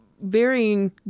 varying